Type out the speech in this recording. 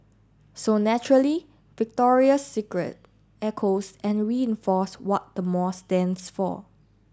so naturally Victoria's Secret echoes and reinforce what the mall stands for